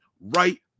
right